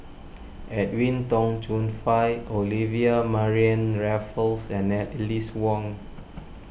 Edwin Tong Chun Fai Olivia Mariamne Raffles and Alice Ong